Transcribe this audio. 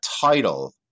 title